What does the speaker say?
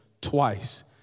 twice